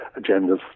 agendas